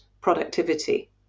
productivity